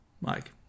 Mike